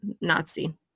Nazi